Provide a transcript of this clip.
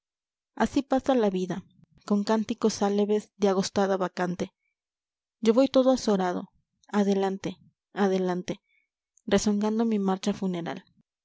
así pasa la vida con cánticos aleves de agostada bacante yo voy todo azorado adelante adelante rezongan o mi marcha funeral